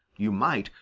you might,